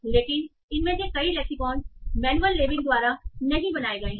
लेकिन इनमें से कई लेक्सिकॉन मैनुअल लेबलिंग द्वारा नहीं बनाए गए थे